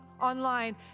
online